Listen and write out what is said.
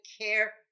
care